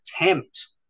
attempt